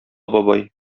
бабай